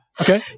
Okay